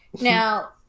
now